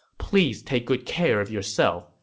please take good care of yourself,